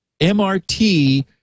MRT